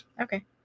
Okay